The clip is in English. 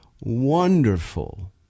wonderful